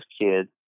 kids